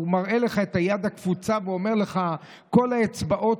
הוא מראה לך את היד הקפוצה ואומר לך: כל האצבעות